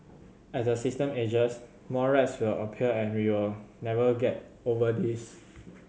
as the system ages more rats will appear and we will never get over this